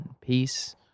peace